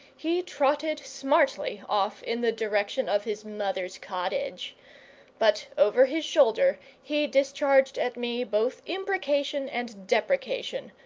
he trotted smartly off in the direction of his mother's cottage but over his shoulder he discharged at me both imprecation and deprecation,